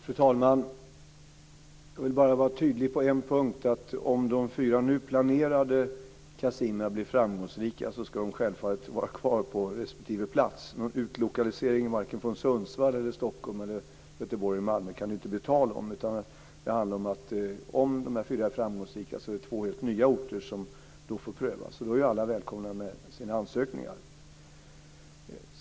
Fru talman! Jag vill bara vara tydlig på en punkt, nämligen att om de fyra nu planerade kasinona blir framgångsrika ska de självfallet vara kvar på respektive plats. Någon utlokalisering från vare sig Sundsvall, Stockholm, Göteborg eller Malmö kan det inte bli tal om. Om dessa fyra är framgångsrika blir det två helt nya orter som får prövas, och då är alla välkomna med sina ansökningar.